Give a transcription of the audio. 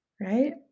right